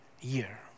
year